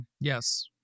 Yes